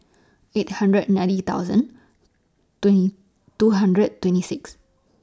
eight hundred ninety thousand twenty two hundred twenty six